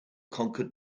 conquered